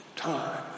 time